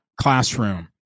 classroom